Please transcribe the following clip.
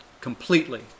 Completely